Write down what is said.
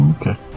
Okay